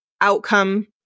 outcome